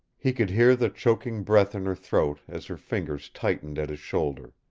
he could hear the choking breath in her throat as her fingers tightened at his shoulder.